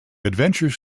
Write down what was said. adventures